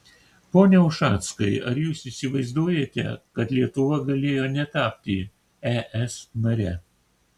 pone ušackai ar jūs įsivaizduojate kad lietuva galėjo netapti es nare